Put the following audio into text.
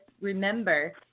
remember